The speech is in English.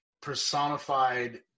personified